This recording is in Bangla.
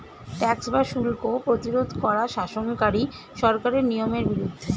ট্যাক্স বা শুল্ক প্রতিরোধ করা শাসনকারী সরকারের নিয়মের বিরুদ্ধে